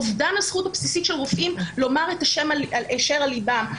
אובדן הזכות הבסיסית של רופאים לומר את אשר על ליבם.